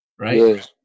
Right